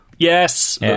Yes